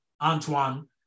Antoine